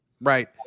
right